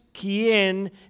quien